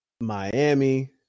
Miami